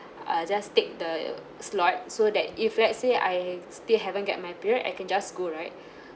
uh just take the slot so that if let's say I still haven't get my period I can just go right